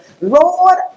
Lord